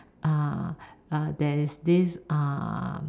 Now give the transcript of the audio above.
uh uh there is this uh